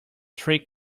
three